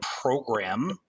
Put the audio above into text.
program